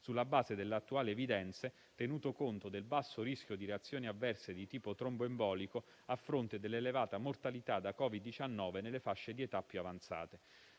sulla base delle attuali evidenze, tenuto conto del basso rischio di reazioni avverse di tipo tromboembolico a fronte dell'elevata mortalità da Covid-19 nelle fasce di età più avanzate.